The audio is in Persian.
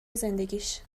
زندگیش